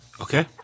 Okay